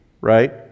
right